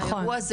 נכון.